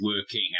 working